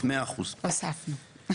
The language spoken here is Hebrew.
הוספנו.